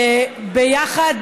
שביחד,